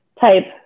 type